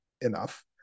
enough